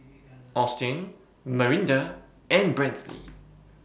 Austyn Marinda and Brantley